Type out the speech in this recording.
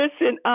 listen